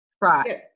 Right